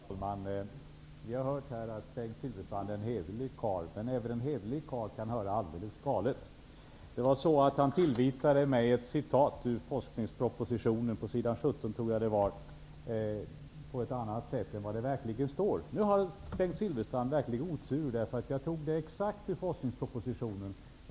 Herr talman! Vi har här hört att Bengt Silfverstrand är en hederlig karl, men även en hederlig karl kan höra alldeles galet. Han tillvitade mig ett citat ur forskningspropositionen på s. 16 som löd på ett annat sätt än vad där verkligen står. Nu har han otur, därför att jag tog citatet direkt ur forskningspropositionen.